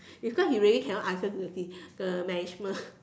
because he really can not answer to the the management